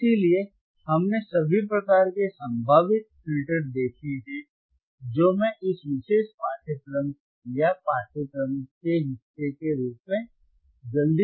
इसलिए हमने सभी प्रकार के संभावित फिल्टर देखे हैं जो मैं इस विशेष पाठ्यक्रम या पाठ्यक्रम के हिस्से के रूप में जल्दी से दिखा सकता हूं